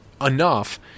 enough